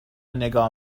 نگاه